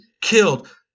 killed